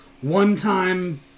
one-time